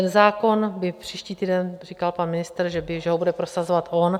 Ten zákon by příští týden, říkal pan ministr, že když ho bude prosazovat on...